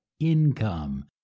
income